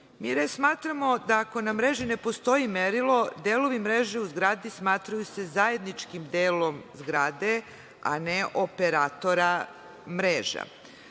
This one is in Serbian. smatramo da ako na mreži ne postoji merilo, delovi mreže u zgradi smatraju se zajedničkim delom zgrade, a ne operatora mreža,